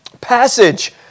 passage